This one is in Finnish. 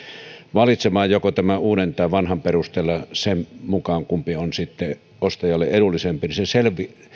valitsemaan joko tämän uuden tai vanhan perusteella sen mukaan kumpi on sitten ostajalle edullisempi se